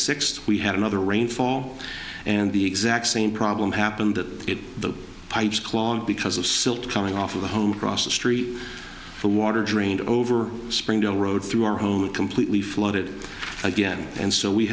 sixth we had another rainfall and the exact same problem happened that the pipes clogged because of silt coming off of the home cross the street for water drained over spring the road through our home completely flooded again and so we